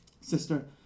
Sister